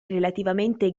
relativamente